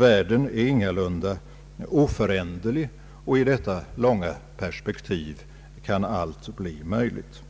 Världen är ingalunda oföränderlig, och i detta långa perspektiv kan allt bli möjligt.